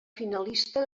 finalista